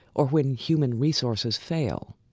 or when human resources fail.